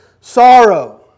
sorrow